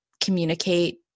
communicate